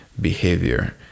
behavior